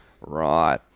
right